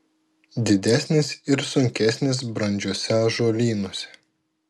didesnės ir sunkesnės brandžiuose ąžuolynuose